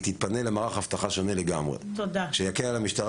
היא תתפנה למערך אבטחה שונה לגמרי שיקל על המשטרה